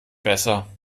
besser